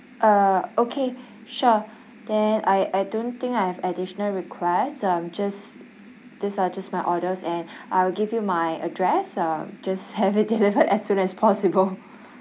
uh okay sure then I I don't think I have additional requests um just this are just my orders and I will give you my address um just have it delivered as soon as possible